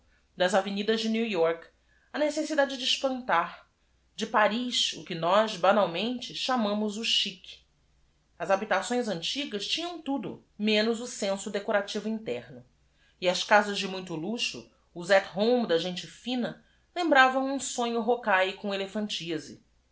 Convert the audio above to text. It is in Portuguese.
das avenidas de ew ork a necessidade de espan tar de aris o que nós banal mente chamamos o chie s habi tações antigas t i n h a m tudo menos o senso decorativo interno e as casas de muito luxo os at home da gente tina lembravam um sonbo rocaille com elephantiasis